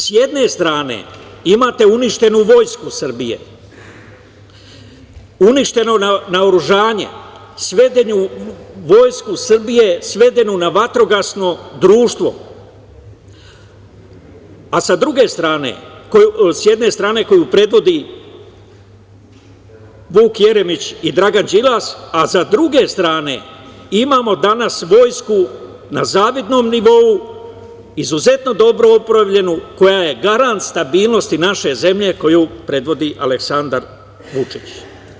S jedne strane imate uništenu Vojsku Srbije, uništeno naoružanje, Vojsku Srbije svedenu na vatrogasno društvo, a sa druge strane, s jedne strane koju predvodi Vuk Jeremić i Dragan Đilas, a sa druge strane imamo danas vojsku na zavidnom novu, izuzetno dobro opremljenu koja je garant stabilnosti naše zemlje koju predvodi Aleksandar Vučić.